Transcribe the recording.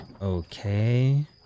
Okay